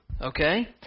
Okay